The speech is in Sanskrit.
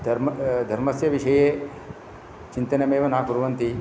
धर्म धर्मस्य विषये चिन्तनमेव न कुर्वन्ति